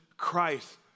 Christ